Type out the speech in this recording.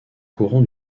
courant